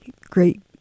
great